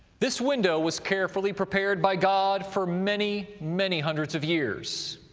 this window was carefully prepared by god for many, many hundreds of years.